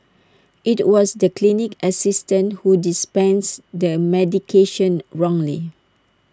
IT was the clinic assistant who dispensed the medication wrongly